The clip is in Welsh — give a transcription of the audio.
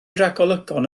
ragolygon